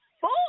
Four